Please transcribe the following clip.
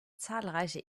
zahlreiche